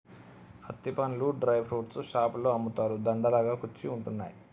అత్తి పండ్లు dry fruits షాపులో అమ్ముతారు, దండ లాగా కుచ్చి ఉంటున్నాయి